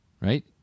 Right